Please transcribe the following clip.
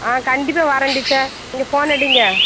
ஆ கண்டிப்பாக வாரேன் டீச்சர் நீங்கள் ஃபோன் அடியுங்க